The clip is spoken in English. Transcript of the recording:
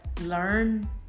learn